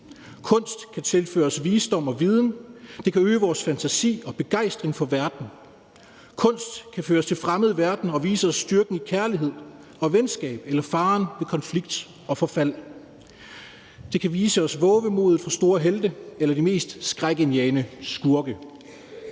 Kunst kan tilføre os visdom og viden, den kan øge vores fantasi og begejstring for verden. Kunst kan føre os til fremmede verdener og vise os styrken i kærlighed og venskab eller faren ved konflikt og forfald. Den kan vise os vovemodet fra store helte eller de mest skrækindjagende skurke.